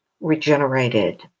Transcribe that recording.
regenerated